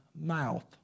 mouth